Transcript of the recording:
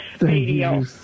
radio